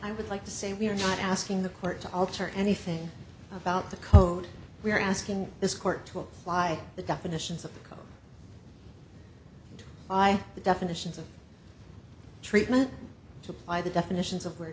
i would like to say we are not asking the court to alter anything about the code we are asking this court took by the definitions that i the definitions of treatment to apply the definitions of where